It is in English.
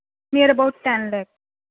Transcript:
near about ten lakh